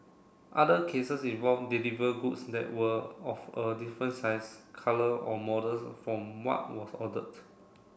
other cases involve deliver goods that were of a different size colour or models from what was ordered